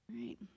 right